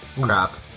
Crap